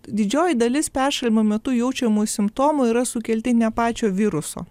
didžioji dalis peršalimo metu jaučiamų simptomų yra sukelti ne pačio viruso